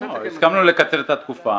הסכמנו לקצר את התקופה